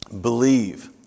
believe